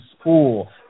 school